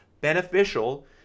beneficial